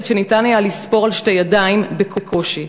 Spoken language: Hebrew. שניתן היה לספור על שתי ידיים בקושי.